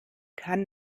kann